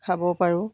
খাব পাৰোঁ